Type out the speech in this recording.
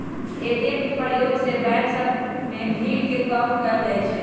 ATM के प्रयोग से बैंक सभ में भीड़ के कम कएल जाइ छै